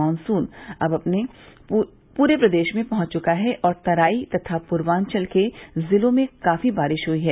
monsoon अब पूरे प्रदेश में पहुंच चुका है और तराई तथा पूर्वांचल के जिलों में काफी बारिश हुई है